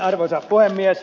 arvoisa puhemies